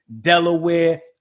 Delaware